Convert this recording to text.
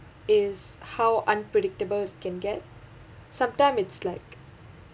is how unpredictable can get sometime it's like